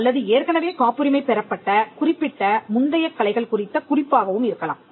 அல்லது ஏற்கனவே காப்புரிமை பெறப்பட்ட குறிப்பிட்ட முந்தைய கலைகள் குறித்த குறிப்பாகவும் இருக்கலாம்